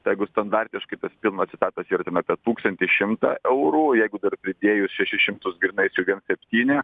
tai jeigu standartiškai tas pilnas etatas yra ten apie tūkstantį šimtą eurų jeigu dar pridėjus šešis šimtus grynais jau viens septyni